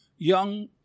young